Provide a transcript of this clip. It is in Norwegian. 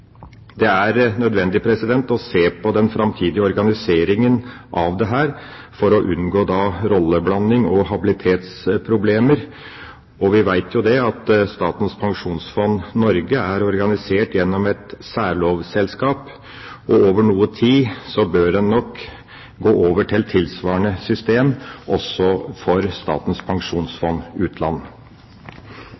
Det er nødvendig å se på den framtidige organiseringen av dette for å unngå rolleblanding og habilitetsproblemer. Vi vet jo at Statens pensjonsfond Norge er organisert gjennom et særlovselskap, og over noe tid bør en nok gå over til tilsvarende system også for Statens